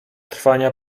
trwania